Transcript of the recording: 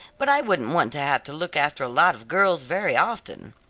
but i wouldn't want to have to look after a lot of girls very often.